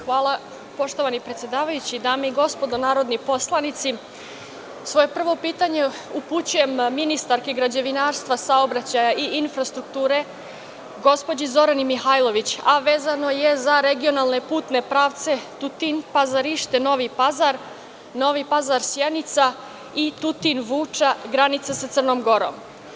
Hvala, poštovani predsedavajući, dame i gospodo narodni poslanici, svoje prvo pitanje upućujem ministarki građevinarstva, saobraćaja i infrastrukture gospođi Zorani Mihajlović, a vezano je za regionalne putne pravce Tutin-Pazarište-Novi Pazar, Novi Pazar-Senica i Tutin-Vuča, granica sa Crnom Gorom.